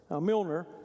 Milner